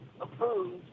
approved